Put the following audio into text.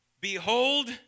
Behold